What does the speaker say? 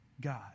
God